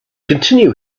continue